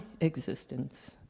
existence